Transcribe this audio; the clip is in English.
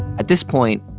at this point,